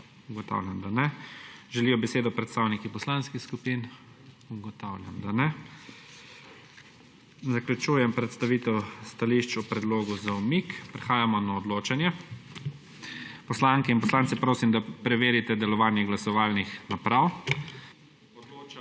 Ugotavljam, da ne. Želijo besedo predstavniki poslanskih skupin? Ugotavljam, da ne. Zaključujem predstavitev stališč o predlogu za umik. Prehajamo na odločanje. Poslanke in poslance prosim, da preverite delovanje glasovalnih naprav. Odločamo